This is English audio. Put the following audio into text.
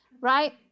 Right